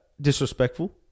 disrespectful